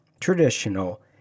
traditional